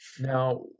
now